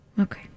okay